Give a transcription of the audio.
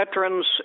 Veterans